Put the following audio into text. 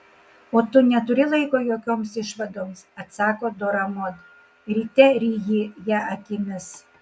o tu neturi laiko jokioms išvadoms atsako dora mod ryte ryji ją akimis